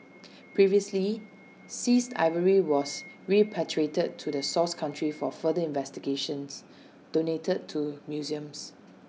previously seized ivory was repatriated to the source country for further investigations donated to museums